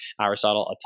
Aristotle